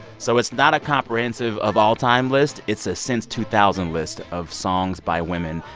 so it's not a comprehensive-of-all-time list. it's a since two thousand list of songs by women.